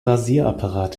rasierapparat